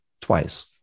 twice